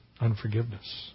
unforgiveness